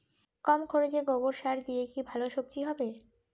কম খরচে গোবর সার দিয়ে কি করে ভালো সবজি হবে?